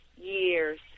years